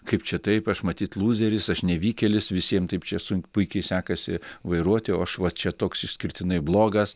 kaip čia taip aš matyt lūzeris aš nevykėlis visiem taip čia sunk puikiai sekasi vairuoti o aš va čia toks išskirtinai blogas